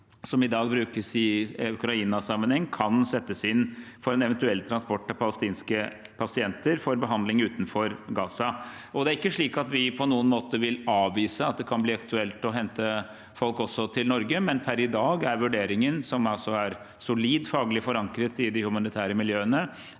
som i dag brukes i Ukraina-sammenheng, kan settes inn for en eventuell transport av palestinske pasienter for behandling utenfor Gaza. Det er ikke slik at vi på noen måte vil avvise at det kan bli aktuelt å hente folk også til Norge, men per i dag er vurderingen, som altså er solid faglig forankret i de humanitære miljøene,